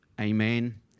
Amen